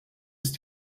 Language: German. ist